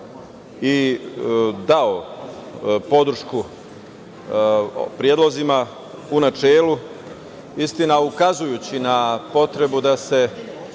i dao podršku predlozima u načelu. Istina, ukazujući na potrebu da se